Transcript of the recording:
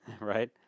right